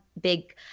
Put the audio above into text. big